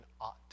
ought